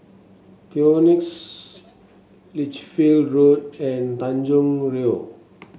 Phoenix Lichfield Road and Tanjong Rhu